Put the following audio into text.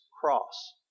cross